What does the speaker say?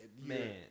Man